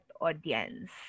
audience